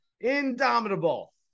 indomitable